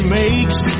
makes